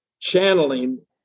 channeling